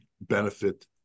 benefit